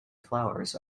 flowers